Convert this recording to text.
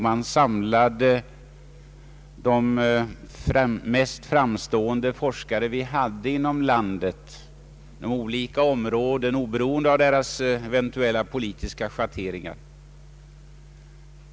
Man samlade de mest framstående forskare vi hade inom landet på olika områden, oberoende av deras eventuella politiska uppfattningar.